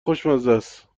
خوشمزست